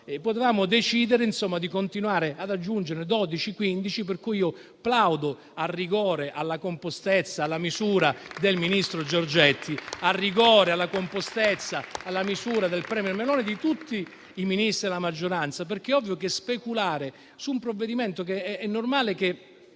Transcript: potevamo decidere di continuare ad aggiungerne 12 o 15, per cui io plaudo al rigore, alla compostezza, alla misura del ministro Giorgetti; al rigore, alla compostezza, alla misura del *premier* Meloni e di tutti i Ministri della maggioranza. Sarebbe stato facile speculare su un provvedimento che - come è